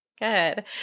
Good